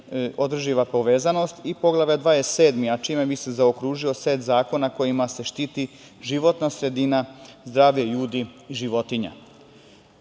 održiva povezanost i Poglavlje 27 čime bi se zaokružio set zakona kojima se štiti životna sredina, zdravlje ljudi i životinja. Pregovori